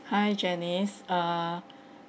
hi janice err